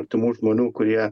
artimų žmonių kurie